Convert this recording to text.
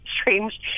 strange